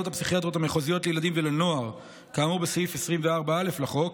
הפסיכיאטריות המחוזיות לילדים ולנוער כאמור בסעיף 24א לחוק,